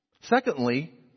Secondly